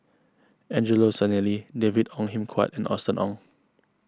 Angelo Sanelli David Ong Kim Huat and Austen Ong